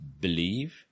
believe